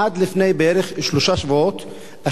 עד לפני שלושה שבועות בערך,